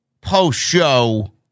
post-show